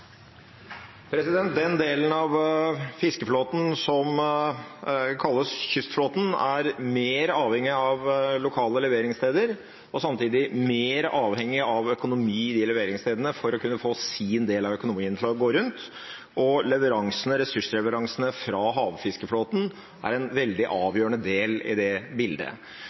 mer avhengig av lokale leveringssteder og samtidig mer avhengig av økonomi i de leveringsstedene for å kunne få sin del av økonomien til å gå rundt. Ressursleveransene fra havfiskeflåten er en veldig avgjørende del i det bildet.